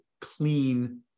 clean